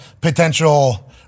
potential